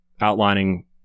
outlining